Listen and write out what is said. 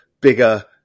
bigger